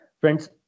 Friends